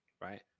right